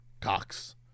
cox